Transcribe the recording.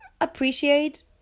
appreciate